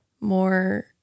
more